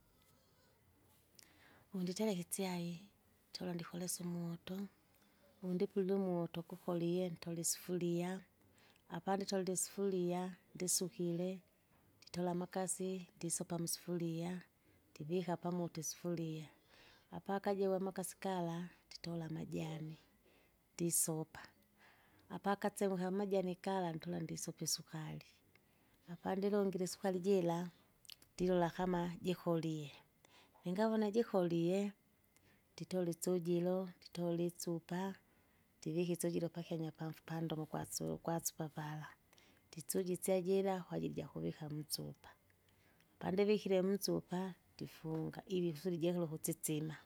unditereka itschai, tora ndikoresa umoto, undipulile umoto kukorie, ntore intole isufuria, apanditolile isufuria, ndisukire, nditora amakasi, ndisopa musufuria, ndivika pamoto isufuria, apakajova makasi kala, nditola amajani, ndisopa, apakasevo kamjani kala ndula ndisopa isukari, apandilungile isuakuari jira, ndilula kama jikilie. Ningawona jikolie, nditola isujilo, nditola isupa, ndivika isujilo kakyanya pamfu pandomo ugwasu- ugwasupa pala. Nditsuja itschai jira, kwajili kwajili ijakuvika msupa, pandivikire munsupa, ndifunga, ili kusudi jiekire ukutsitsima,